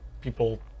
people